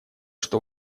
что